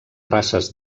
races